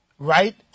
Right